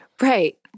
Right